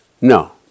No